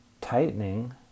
tightening